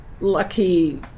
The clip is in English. lucky